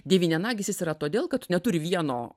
devynianagis jis yra todėl kad neturi vieno